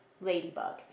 ladybug